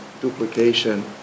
duplication